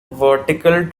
vertical